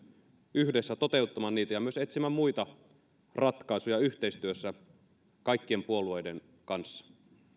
yhdessä toteuttamaan niitä ja myös etsimään muita ratkaisuja yhteistyössä kaikkien puolueiden kanssa